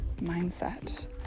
mindset